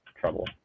trouble